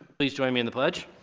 please join me in the pledge.